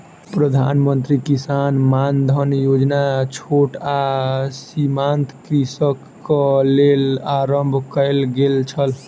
प्रधान मंत्री किसान मानधन योजना छोट आ सीमांत कृषकक लेल आरम्भ कयल गेल छल